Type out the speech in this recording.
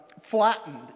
flattened